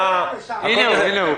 למעט הנושא של החמישה ימים,